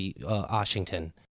Washington